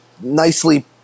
nicely